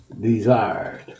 desired